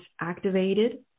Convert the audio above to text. activated